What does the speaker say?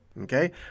okay